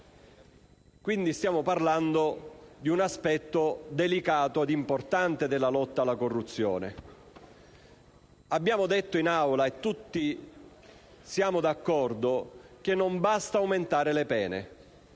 quindi, di un aspetto delicato ed importante della lotta alla corruzione. Abbiamo detto in Aula - e tutti siamo d'accordo - che non basta aumentare le pene,